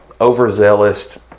overzealous